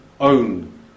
own